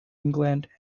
england